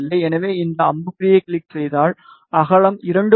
எனவே இந்த அம்புக்குறியைக் கிளிக் செய்தால் அகலம் 2